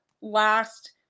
last